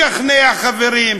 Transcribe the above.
תשכנע חברים,